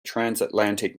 transatlantic